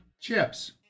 Chips